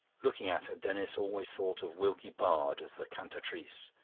looking at her, denis always thought of wilkie bard as the cantatrice.